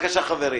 בבקשה חברי.